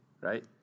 right